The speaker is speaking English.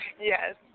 Yes